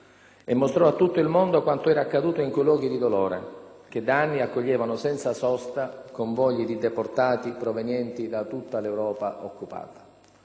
e mostrò a tutto il mondo quanto era accaduto in quei luoghi di dolore, che da anni accoglievano senza sosta convogli di deportati provenienti da tutta l'Europa occupata.